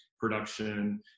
production